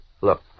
Look